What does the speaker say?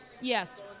Yes